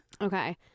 Okay